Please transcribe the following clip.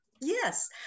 yes